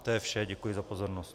To je vše, děkuji za pozornost.